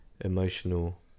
emotional